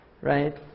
right